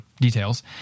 details